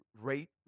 rate